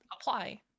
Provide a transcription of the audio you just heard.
apply